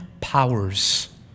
powers